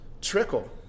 trickle